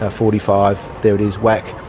ah forty five, there it is, whack.